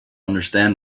understand